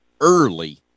early